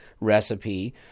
recipe